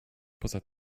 poza